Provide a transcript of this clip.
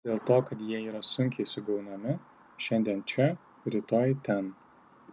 gal dėl to kad jie yra sunkiai sugaunami šiandien čia rytoj ten